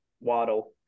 Waddle